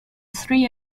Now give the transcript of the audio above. three